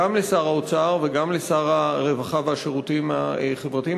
גם לשר האוצר וגם לשר הרווחה והשירותים החברתיים,